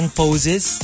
poses